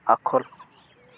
आखल